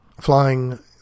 flying